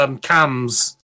cams